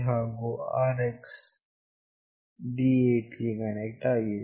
ಹಾಗು RX ವು D8 ಗೆ ಕನೆಕ್ಟ್ ಆಗಿದೆ